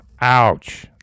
Ouch